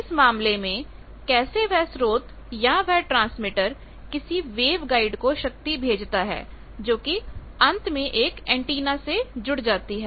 इस मामले में कैसे वह स्रोत या वह ट्रांसमीटर किसी वेवगाइड को शक्ति भेजता है जो कि अंत में एंटीना से जुड़ जाती है